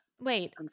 Wait